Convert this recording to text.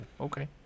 okay